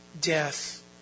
death